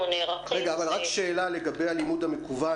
שאלה לגבי הלימוד המקוון,